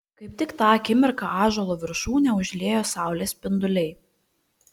kaip tik tą akimirką ąžuolo viršūnę užliejo saulės spinduliai